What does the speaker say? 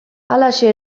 halaxe